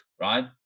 right